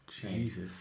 Jesus